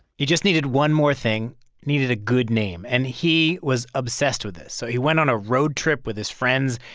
he just needed one more thing. he needed a good name. and he was obsessed with this. so he went on a road trip with his friends.